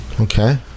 Okay